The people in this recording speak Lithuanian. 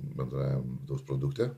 bendrajam vidaus produkte